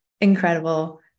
incredible